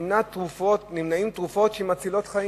נמנעות תרופות שמצילות חיים.